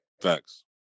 Facts